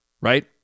Right